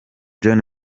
john